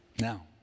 Now